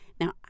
now